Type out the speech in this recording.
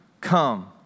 come